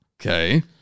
Okay